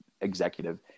executive